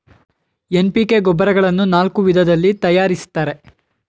NPK ಗೊಬ್ಬರಗಳನ್ನು ನಾಲ್ಕು ವಿಧದಲ್ಲಿ ತರಯಾರಿಸ್ತರೆ